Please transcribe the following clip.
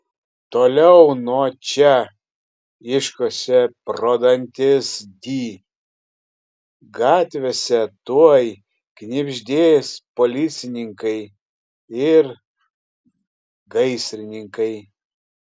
toliau nuo čia iškošė pro dantis di gatvėse tuoj knibždės policininkai ir gaisrininkai